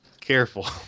Careful